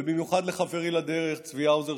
ובמיוחד לחברי לדרך צבי האוזר,